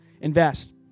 invest